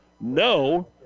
No